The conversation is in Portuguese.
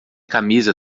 camisa